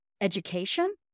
education